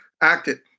acted